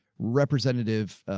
representative, ah,